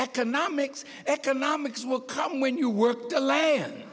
economics economics will come when you work to land